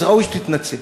אז ראוי שתתנצל.